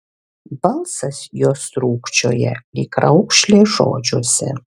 balsas jos trūkčioja lyg raukšlė žodžiuose